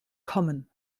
kommen